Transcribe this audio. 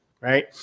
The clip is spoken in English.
Right